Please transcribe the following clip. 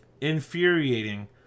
infuriating